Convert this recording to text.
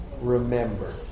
remember